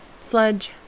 Sledge